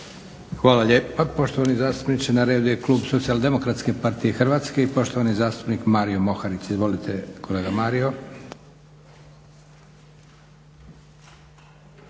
Hvala lijepa poštovani zastupniče. Na redu je klub SDP-a i poštovani zastupnik Mario Moharić. Izvolite kolega Mario.